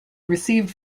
received